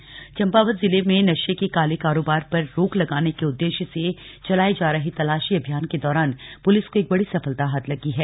नशा तस्कर गिरफ्तार चम्पावत ज़िले में नशे के काले कारोबार पर रोक लगाने के उद्देश्य से चलाये जा रहे तलाशी अभियान के दौरान पुलिस को एक बड़ी सफलता हांथ लगी है